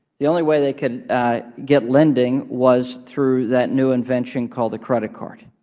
the only way they could get lending was through that new invention called the credit card.